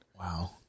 Wow